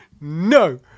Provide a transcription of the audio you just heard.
no